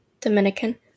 Dominican